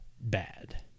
bad